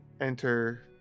enter